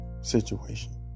situation